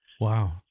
Wow